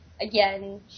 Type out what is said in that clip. again